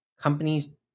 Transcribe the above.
companies